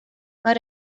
gaur